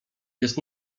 jest